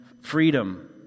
freedom